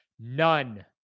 None